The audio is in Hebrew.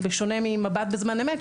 בשונה ממבט בזמן אמת,